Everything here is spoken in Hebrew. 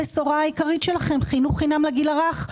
הבשורה העיקרית שלכם חינוך חינם לגיל הרך.